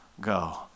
go